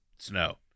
snow